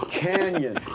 canyon